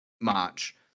March